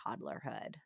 toddlerhood